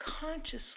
consciously